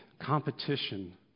competition